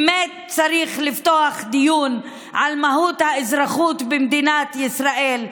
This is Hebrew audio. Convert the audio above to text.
באמת צריך לפתוח דיון על מהות האזרחות במדינת ישראל,